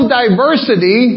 diversity